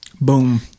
boom